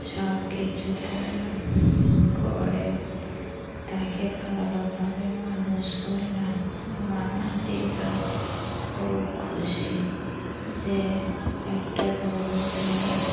সব কিছু করলাম করে তাকে ভালোভাবে মানুষ করলাম আমার নাতি তো খুব খুশি যে একটা গরু কিনে